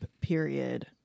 period